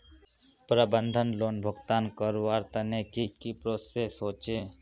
प्रबंधन लोन भुगतान करवार तने की की प्रोसेस होचे?